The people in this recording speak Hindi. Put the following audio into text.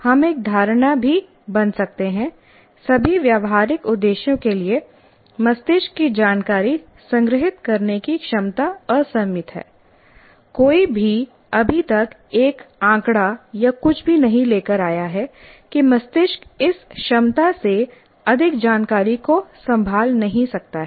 हम एक धारणा भी बना सकते हैं सभी व्यावहारिक उद्देश्यों के लिए मस्तिष्क की जानकारी संग्रहीत करने की क्षमता असीमित है कोई भी अभी तक एक आंकड़ा या कुछ भी नहीं लेकर आया है कि मस्तिष्क इस क्षमता से अधिक जानकारी को संभाल नहीं सकता है